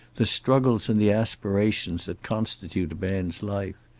the struggles and the aspirations that constitute a man's life.